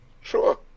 Sure